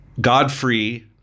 Godfrey